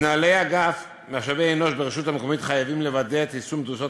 מנהלי אגף משאבי אנוש ברשות המקומית חייבים לוודא את יישום דרישות